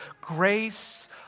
grace